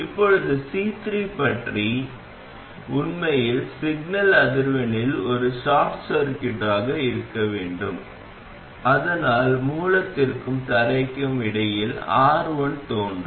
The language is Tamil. இப்போது C3 பற்றி என்ன C3 உண்மையில் சிக்னல் அதிர்வெண்ணில் ஒரு ஷார்ட் சர்க்யூட்டாக இருக்க வேண்டும் அதனால் மூலத்திற்கும் தரைக்கும் இடையில் R1 தோன்றும்